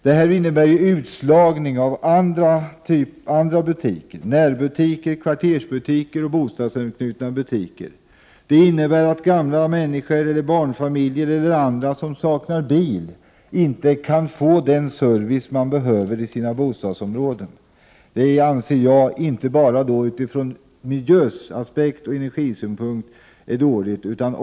Detta innebär att andra butiker slås ut: närbutiker, kvartersbutiker och bostadsanknutna butiker. Detta innebär också att gamla och barnfamiljer eller andra som saknar bil inte kan få den service de behöver i sina bostadsområden. Inte bara utifrån miljöaspekter och energisynpunkter är detta dåligt.